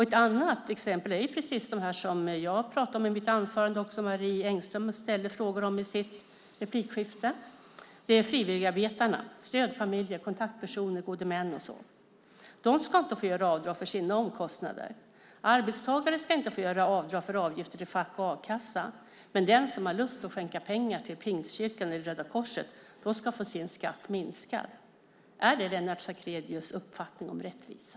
Ett annat exempel är det som jag pratade om i mitt anförande och som Marie Engström ställde frågor om i sitt replikskifte, nämligen frivilligarbetarna, stödfamiljer, kontaktpersoner, gode män och så vidare. De ska inte få göra avdrag för sina omkostnader. Arbetstagare ska inte få göra avdrag för avgifter till fack och a-kassa, men den som har lust att skänka pengar till Pingstkyrkan eller Röda Korset ska få sin skatt minskad. Är det Lennart Sacrédeus uppfattning om rättvisa?